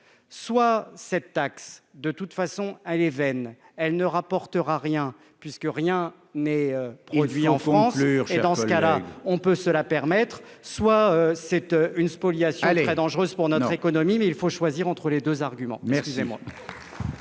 soit cette taxe, de toute façon, hein les veines, elle ne rapportera rien, puisque rien n'est produit en France sur, je suis dans ce cas-là, on peut se la permettre, soit 7 une spoliation, elle est très dangereuse pour notre économie, mais il faut choisir entre les 2 arguments